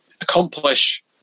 accomplish